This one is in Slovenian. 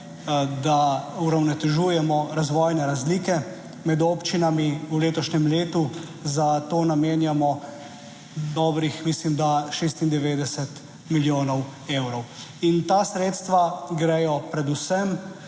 da uravnotežujemo razvojne razlike med občinami. V letošnjem letu za to namenjamo dobrih, mislim, da 96 milijonov evrov in ta sredstva gredo predvsem